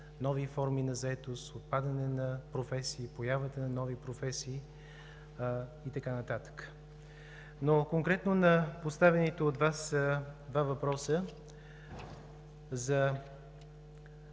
нови форми на заетост, отпадане на професии, появата на нови професии и така нататък. Но конкретно на поставените от Вас два въпроса за